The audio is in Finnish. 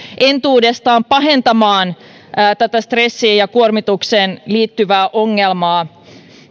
entuudestaan pahentamaan stressiä ja kuormitukseen liittyvää ongelmaa